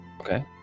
Okay